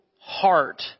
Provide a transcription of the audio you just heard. Heart